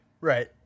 Right